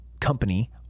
company